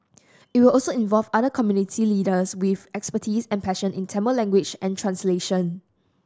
it will also involve other community leaders with expertise and passion in Tamil language and translation